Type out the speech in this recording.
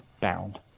bound